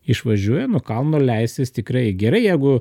išvažiuoja nuo kalno leistis tikrai gerai jeigu